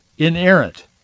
inerrant